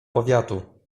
powiatu